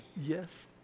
Yes